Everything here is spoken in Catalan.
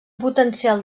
potencial